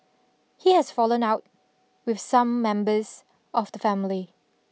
he has fallen out with some members of the family